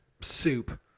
soup